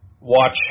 watch